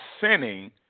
sinning